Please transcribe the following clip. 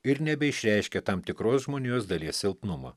ir nebeišreiškia tam tikros žmonijos dalies silpnumą